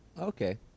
Okay